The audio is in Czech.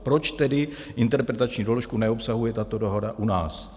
Proč tedy interpretační doložku neobsahuje tato dohoda u nás?